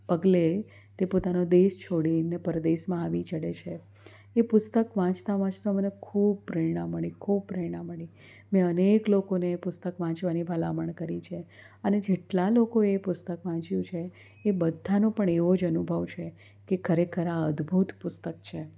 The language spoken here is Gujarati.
પગલે તે પોતાનો દેશ છોડીને પરદેશમાં આવી ચડે છે એ પુસ્તક વાંચતાં વાંચતાં મને ખૂબ પ્રેરણા મળી ખૂબ પ્રેરણા મળી મેં અનેક લોકોને એ પુસ્તક વાંચવાની ભલામણ કરી છે અને જેટલાં લોકોએ એ પુસ્તક વાંચ્યું છે એ બધાંનો પણ એવો જ અનુભવ છે કે ખરેખર આ અદભૂત પુસ્તક છે